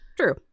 True